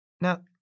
Now